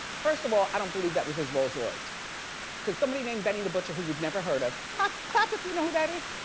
first of all i don't believe that was his rolls royce cause somebody named benny the butcher who we've never heard of. clap clap if you know who that is.